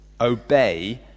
obey